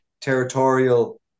territorial